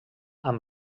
amb